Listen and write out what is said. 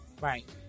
Right